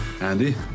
Andy